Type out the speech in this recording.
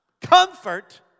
Comfort